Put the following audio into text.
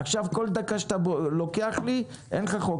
עכשיו כל דקה שאתה לוקח לי, אין לך חוק.